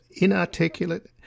inarticulate